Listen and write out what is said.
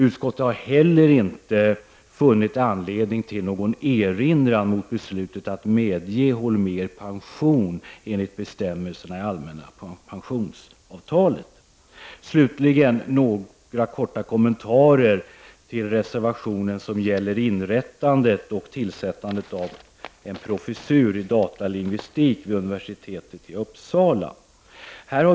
Utskottet har heller inte funnit anledning att göra någon erinran mot beslutet att medge Hans Holmér pension enligt bestämmelserna i det allmänna pensionsavtalet. Så bara helt kort några kommentarer beträffande den reservation som gäller inrättandet och tillsättandet av en professur i datorlingvistik vid universitetet i Uppsla.